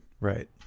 right